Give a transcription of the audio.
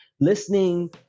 listening